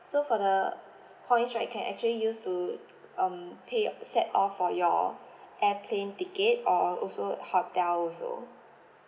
so for the points right you can actually use to um pay set off for your airplane ticket or also hotel also